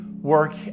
work